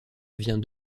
vient